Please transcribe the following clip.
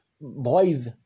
boys